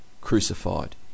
crucified